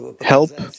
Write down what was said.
help